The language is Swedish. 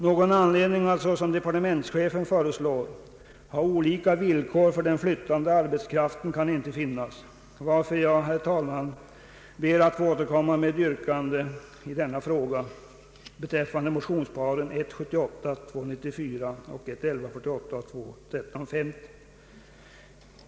Någon anledning att, såsom departementschefen föreslår, ha olika villkor för den flyttande arbetskraften kan inte finnas, varför jag, herr talman, ber att få återkomma med yrkande i denna fråga beträffande motionsparen 1:78 och II:94 samt I: 1148 och II: 1350.